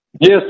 Yes